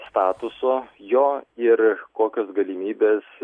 statuso jo ir kokios galimybės